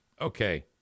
Okay